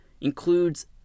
includes